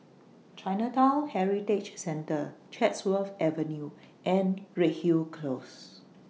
Chinatown Heritage Centre Chatsworth Avenue and Redhill Close